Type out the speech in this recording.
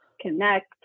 connect